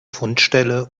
fundstelle